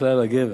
ככלל הגבר.